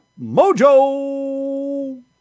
Mojo